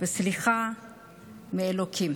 וסליחה מאלוקים